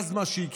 אז מה שיקרה,